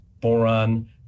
boron